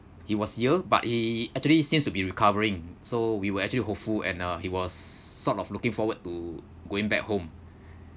he was ill but he actually he seems to be recovering so we were actually hopeful and uh he was sort of looking forward to going back home